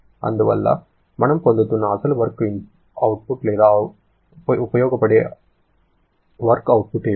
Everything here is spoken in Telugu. అందువల్ల మనం పొందుతున్న అసలు వర్క్ అవుట్పుట్ లేదా ఉపయోగపడే వర్క్ అవుట్పుట్ ఏమిటి